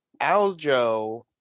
Aljo